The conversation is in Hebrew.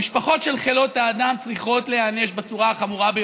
המשפחות של חלאות האדם צריכות להיענש בצורה החמורה ביותר,